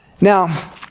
Now